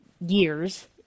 years